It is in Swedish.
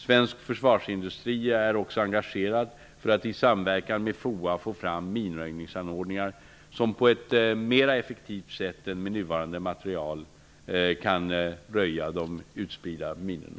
Svensk försvarsindustri är också engagerad för att i samverkan med FOA få fram minröjningsanordningar, som på ett mer effektivt sätt än med nuvarande materiel kan röja de utspridda minorna.